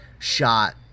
shot